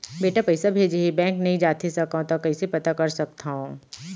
बेटा पइसा भेजे हे, बैंक नई जाथे सकंव त कइसे पता कर सकथव?